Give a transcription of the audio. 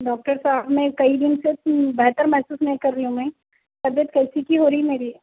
doctor صاحب میں کئی دن سے بہتر محسوس نہیں کر رہی ہوں میں طبیعت کیسی سی ہو رہی ہے میری